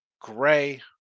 Gray